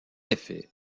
effet